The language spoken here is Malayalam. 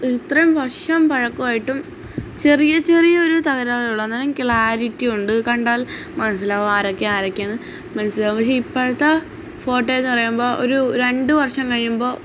ഇത്രയും വർഷം പഴക്കമായിട്ടും ചെറിയ ചെറിയൊരു തകരാറേ ഉള്ളൂ അന്നേരം ക്ലാരിറ്റി ഉണ്ട് കണ്ടാൽ മനസ്സിലാകും ആരൊക്കെയാണ് ആരൊക്കെയാണെന്ന് മനസ്സിലാകും പക്ഷെ ഇപ്പോഴത്തെ ഫോട്ടോയെന്നുപറയുമ്പോള് ഒരു രണ്ടു വർഷം കഴിയുമ്പോള്